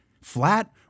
flat